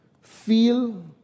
feel